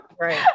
right